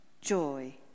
joy